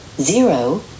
Zero